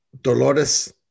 Dolores